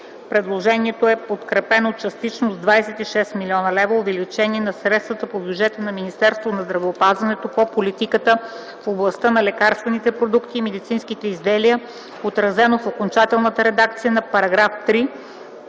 предложението е подкрепено частично с 26 млн. лв. – увеличение на средствата по бюджета на Министерство на здравеопазването по политиката в областта на лекарствените продукти и медицинските изделия, отразено в окончателната редакция на § 3,